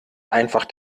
einfach